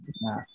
nah